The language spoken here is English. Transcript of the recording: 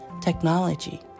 technology